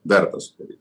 verta sudaryt